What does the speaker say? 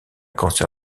cancer